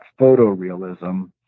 photorealism